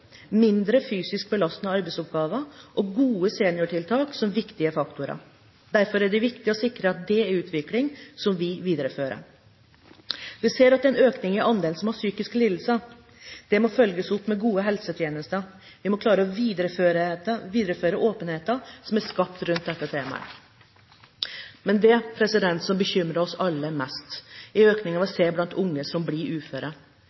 mindre fysisk belastende arbeidsoppgaver og gode seniortiltak som viktige faktorer. Derfor er det viktig å sikre at dette er en utvikling som vi viderefører. Vi ser at det er en økning i andelen som har psykiske lidelser. Det må følges opp med gode helsetjenester. Vi må klare å videreføre åpenheten som er skapt rundt dette temaet. Det som bekymrer oss alle mest, er økningen vi ser blant unge som blir uføre.